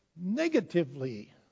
negatively